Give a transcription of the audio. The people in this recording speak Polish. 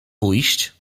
pójść